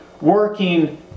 Working